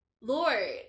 Lord